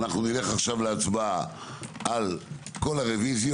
נלך להצבעה על כל הרוויזיות.